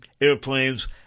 airplanes